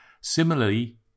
Similarly